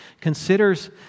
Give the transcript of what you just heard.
considers